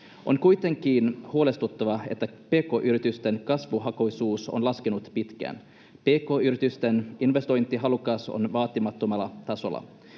On kuitenkin huolestuttavaa, että pk-yritysten kasvuhakuisuus on laskenut pitkään. Pk-yritysten investointihalukkuus on vaatimattomalla tasolla.